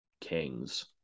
Kings